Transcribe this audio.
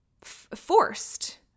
forced